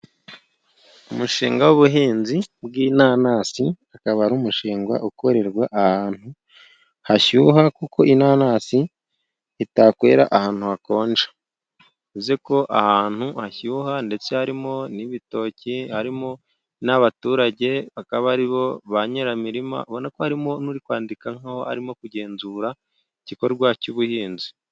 Umushinga w'ubuhinzi bw'inanasi, akaba ari umushinga ukorerwa ahantu hashyuha, kuko inanasi itakwera ahantu hakonja, uzi ko ahantu hashyuha ndetse harimo n'ibitoki, harimo n'abaturage bakaba aribo ba nyiri imirima, ubona ko harimo n'uri kwandika nk'aho arimo kugenzura igikorwa cy'ubuhinzi.